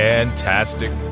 Fantastic